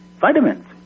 vitamins